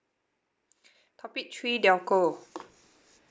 topic three telco